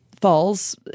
falls